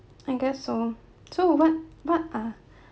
I guess so so what what are